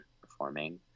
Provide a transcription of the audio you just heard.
performing